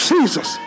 Jesus